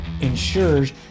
ensures